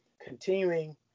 continuing